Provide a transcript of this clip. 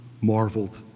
marveled